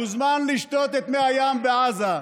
מוזמן לעבור ולשתות את מי הים בעזה.